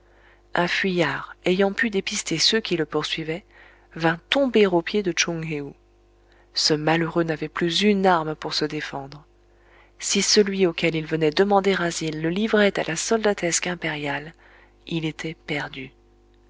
un fuyard ayant pu dépister ceux qui le poursuivaient vint tomber aux pieds de tchoung héou ce malheureux n'avait plus une arme pour se défendre si celui auquel il venait demander asile le livrait à la soldatesque impériale il était perdu